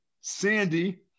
Sandy